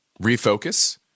refocus